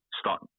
start